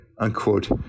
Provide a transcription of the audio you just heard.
unquote